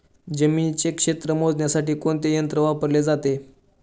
जमिनीचे क्षेत्र मोजण्यासाठी कोणते यंत्र वापरले जाते?